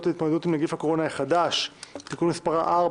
להתמודדות עם נגיף הקורונה החדש (הוראת שעה)(תיקון מס' 4),